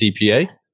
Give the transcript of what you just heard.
CPA